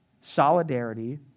solidarity